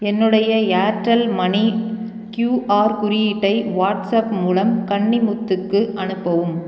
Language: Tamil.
என்னுடைய ஏர்டெல் மனி கியூஆர் குறியீட்டை வாட்ஸாப் மூலம் கன்னிமுத்துக்கு அனுப்பவும்